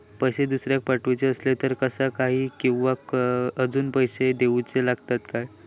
पैशे दुसऱ्याक पाठवूचे आसले तर त्याका काही कर किवा अजून पैशे देऊचे लागतत काय?